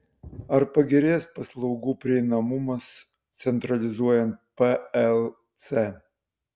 ar pagerės paslaugų prieinamumas centralizuojant plc